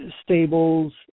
stables